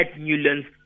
Newlands